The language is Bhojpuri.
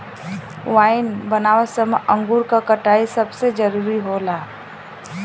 वाइन बनावत समय अंगूर क कटाई सबसे जरूरी होला